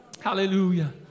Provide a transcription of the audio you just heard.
Hallelujah